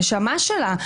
הנשמה שלה,